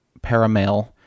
paramail